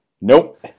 nope